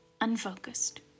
unfocused